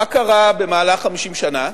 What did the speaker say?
מה קרה במהלך 50 שנה?